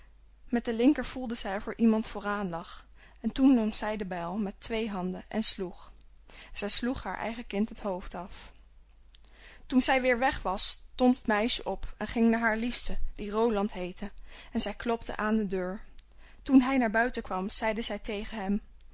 met de linker voelde zij of er iemand vooraan lag en toen nam zij de bijl met twee handen en sloeg en zij sloeg haar eigen kind het hoofd af toen zij weer weg was stond het meisje op en ging naar haar liefste die roland heette en zij klopte aan de deur toen hij naar buiten kwam zeide zij tegen hem